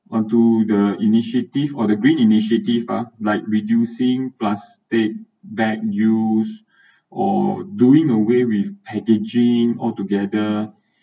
onto the initiative or the green initiatives uh like reducing plastic bag used or doing a way with packaging all together